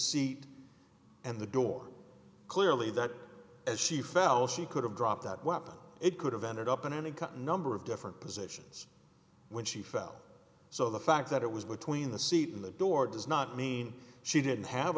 seat and the door clearly that as she fell she could have dropped that weapon it could have ended up in any cut number of different positions when she fell so the fact that it was between the seat and the door does not mean she didn't have